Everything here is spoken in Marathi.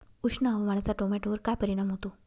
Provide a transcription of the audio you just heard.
उष्ण हवामानाचा टोमॅटोवर काय परिणाम होतो?